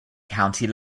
county